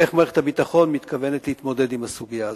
איך מערכת הביטחון מתכוונת להתמודד עם הסוגיה הזאת.